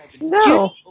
No